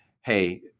hey